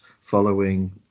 following